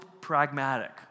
pragmatic